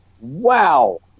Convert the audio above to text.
wow